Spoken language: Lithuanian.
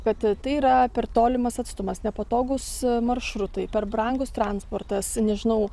kad tai yra per tolimas atstumas nepatogūs maršrutai per brangus transportas nežinau